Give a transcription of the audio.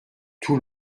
tout